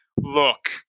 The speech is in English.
Look